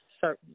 certain